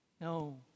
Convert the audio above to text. No